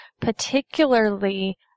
particularly